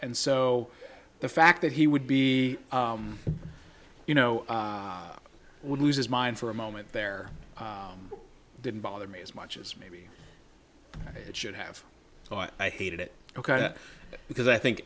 and so the fact that he would be you know would lose his mind for a moment there didn't bother me as much as maybe i should have thought i hated it ok because i think